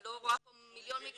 אני לא רואה פה מיליון מקרים,